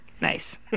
Nice